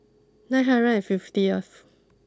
nine hundred and fifth